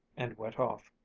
and went off.